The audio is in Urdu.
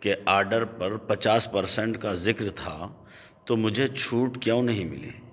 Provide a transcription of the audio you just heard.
کے آرڈر پر پچاس پرسینٹ کا ذکر تھا تو مجھے چھوٹ کیوں نہیں ملی